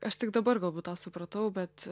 aš tik dabar galbūt tą supratau bet